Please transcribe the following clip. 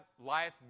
life